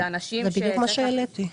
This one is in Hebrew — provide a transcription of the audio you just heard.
זה בדיוק מה שהעליתי.